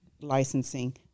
licensing